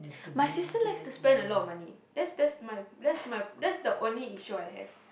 my sister likes to spend a lot of money that's that's my that's my that's the only issue I have